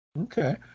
Okay